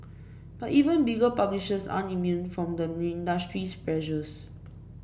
but even bigger publishers aren't immune from the industry's pressures